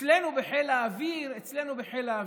אצלנו בחיל האוויר, אצלנו בחיל האוויר.